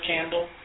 candle